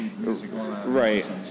Right